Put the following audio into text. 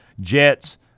Jets